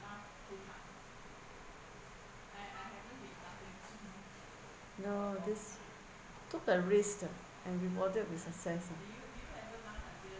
ya lor this took a risk ah and rewarded with success ah